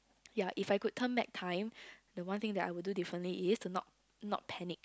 ya if I could turn back time the one thing that I would do differently is to not not panic